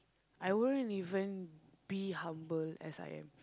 I wouldn't even be humble as I am